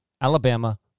Alabama